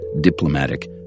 diplomatic